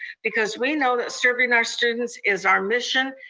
because we know that serving our students is our mission,